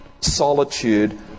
solitude